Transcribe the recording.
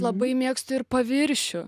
labai mėgstu ir paviršių